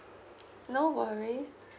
no worries